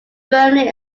firmly